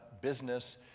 business